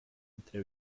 entre